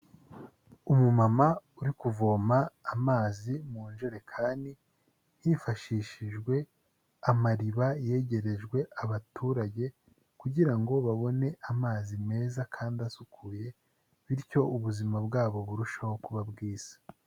Umumama uri kuvoma amazi mu njerekani, hifashishijwe amariba yegerejwe abaturage, kugira ngo babone amazi meza kandi asukuye, bityo ubuzima bwabo burusheho kuba bwiza.